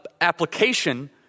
application